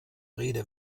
rede